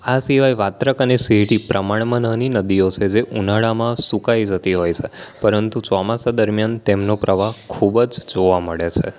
આ સિવાય વાત્રક અને સેઢી પ્રમાણમાં નાની નદીઓ છે જે ઉનાળામાં સુકાઈ જતી હોય છે પરંતુ ચોમાસા દરમ્યાન તેમનો પ્રવાહ ખૂબ જ જોવા મળે છે